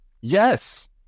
Yes